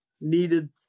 needed